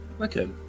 Okay